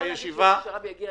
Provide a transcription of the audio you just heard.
הישיבה נעולה.